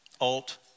alt